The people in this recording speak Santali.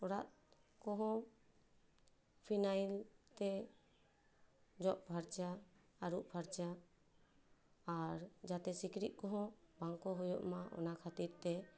ᱚᱲᱟᱜ ᱠᱚᱦᱚᱸ ᱯᱷᱤᱱᱟᱭᱤᱞ ᱛᱮ ᱡᱚᱫ ᱯᱷᱟᱨᱪᱟ ᱟᱹᱨᱩᱵ ᱯᱷᱟᱨᱪᱟ ᱟᱨ ᱡᱟᱛᱮ ᱥᱤᱠᱲᱤᱡ ᱠᱚᱦᱚᱸ ᱵᱟᱝ ᱠᱚ ᱦᱩᱭᱩᱜ ᱢᱟ ᱚᱱᱟ ᱠᱷᱟᱹᱛᱤᱨ ᱛᱮ